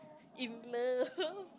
in love